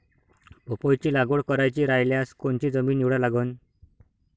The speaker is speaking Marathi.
पपईची लागवड करायची रायल्यास कोनची जमीन निवडा लागन?